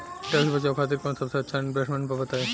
Tax बचावे खातिर कऊन सबसे अच्छा इन्वेस्टमेंट बा बताई?